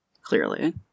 Clearly